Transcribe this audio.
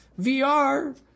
VR